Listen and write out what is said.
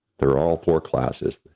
they're all four classes.